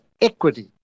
equity